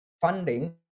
funding